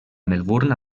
melbourne